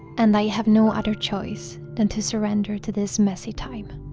and i have no other choice than to surrender to this messy time.